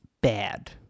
Bad